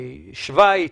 שווייץ,